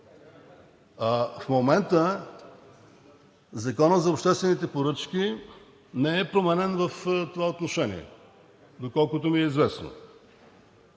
В момента Законът за обществените поръчки не е променен в това отношение, доколкото ми е известно.